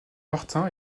martin